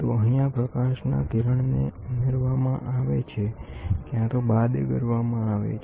તો અહીંયા પ્રકાશના કિરણને ઉમેરવામાં આવે છે કંયા તો બાદ કરવામાં આવે છે